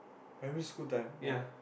primary school time !wah!